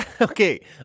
Okay